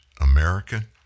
American